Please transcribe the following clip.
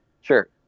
Sure